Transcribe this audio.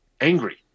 angry